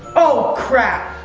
oh, crap!